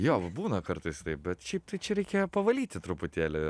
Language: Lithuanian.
jo būna kartais taip bet šiaip tai čia reikia pavalyti truputėlį